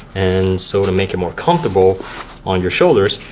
and so to make it more comfortable on your shoulders,